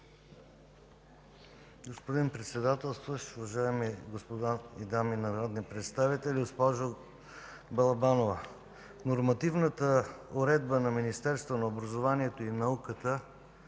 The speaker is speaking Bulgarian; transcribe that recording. Господин Председателстващ, уважаеми дами и господа народни представители! Госпожо Балабанова, в нормативната уредба на Министерството на образованието и науката